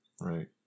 right